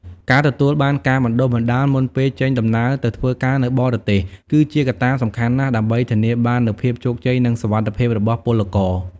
ការទទួលបានការបណ្តុះបណ្តាលមុនពេលចេញដំណើរទៅធ្វើការនៅបរទេស គឺជាកត្តាសំខាន់ណាស់ ដើម្បីធានាបាននូវភាពជោគជ័យ និងសុវត្ថិភាពរបស់ពលករ។